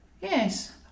Yes